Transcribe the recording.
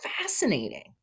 fascinating